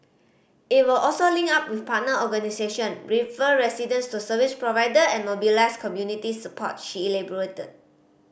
it would also link up with partner organisation refer residents to service provider and mobilise community support she elaborated